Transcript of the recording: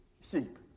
sheep